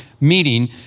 meeting